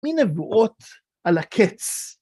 מין נבואות על הקץ.